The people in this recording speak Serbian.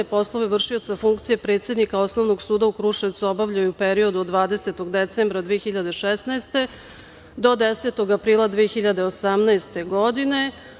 Poslovi vršioca funkcije predsednika Osnovnog suda u Kruševcu obavljao je u periodu od 20. decembra 2016. godine do 10. aprila 2018. godine.